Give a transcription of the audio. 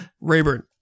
Rayburn